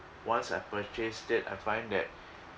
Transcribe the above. once I purchased it I find that